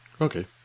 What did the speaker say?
Okay